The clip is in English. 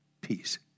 peace